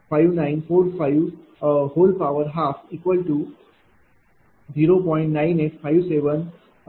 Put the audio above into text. असे होईल